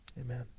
Amen